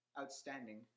outstanding